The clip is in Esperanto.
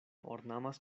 ornamas